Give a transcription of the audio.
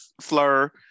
slur